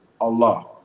Allah